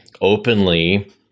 openly